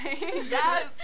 yes